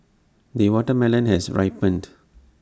the watermelon has ripened